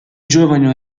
giovani